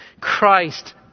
Christ